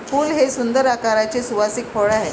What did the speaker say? फूल हे सुंदर आकाराचे सुवासिक फळ आहे